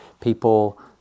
people